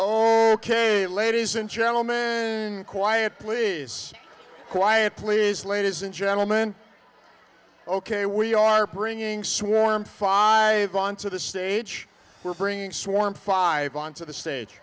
oh ok ladies and gentlemen quiet please quiet please ladies and gentlemen ok we are bringing swarm five on to the stage we're bringing swarm five on to the stage